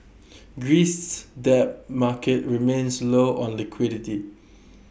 Greece's debt market remains low on liquidity